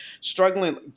struggling